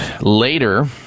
later